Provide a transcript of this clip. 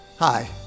Hi